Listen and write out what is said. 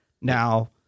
Now